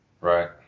Right